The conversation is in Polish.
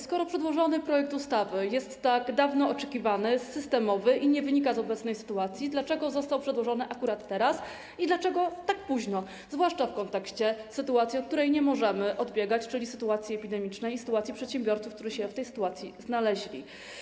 Skoro przedłożony projekt ustawy jest od tak dawna oczekiwany, systemowy i nie wynika z obecnej sytuacji, dlaczego został przedłożony akurat teraz i dlaczego tak późno, zwłaszcza w kontekście sytuacji, od której nie możemy odbiegać, czyli sytuacji epidemicznej i sytuacji przedsiębiorców, którzy się w tej sytuacji znaleźli?